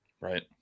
right